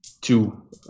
Two